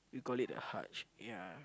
you call it a Haj ya